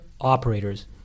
operators